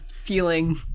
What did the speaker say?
feeling